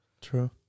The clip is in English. True